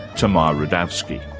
tamar rudavsky?